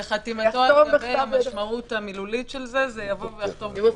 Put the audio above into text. "בחתימתו" אכן המשמעות המילולית של זה היא שיבוא ויחתום עם חותמת.